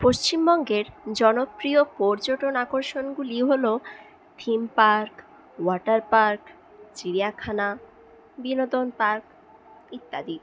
পশ্চিমবঙ্গের জনপ্রিয় পর্যটন আকর্ষণগুলি হল থিম পার্ক ওয়াটার পার্ক চিড়িয়াখানা বিনোদন পার্ক ইত্যাদি